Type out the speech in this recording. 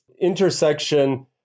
intersection